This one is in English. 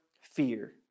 fear